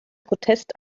protest